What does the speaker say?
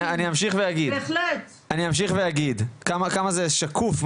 אני אמשיך ואגיד כמה זה שקוף,